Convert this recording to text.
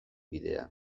bidea